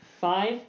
Five